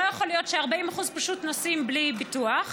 לא יכול להיות ש-40% פשוט נוסעים בלי ביטוח,